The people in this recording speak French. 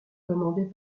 commandée